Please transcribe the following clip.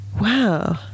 wow